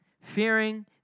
fearing